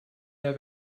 der